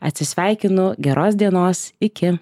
atsisveikino geros dienos iki